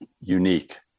unique